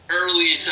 early